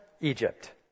Egypt